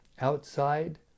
outside